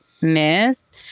miss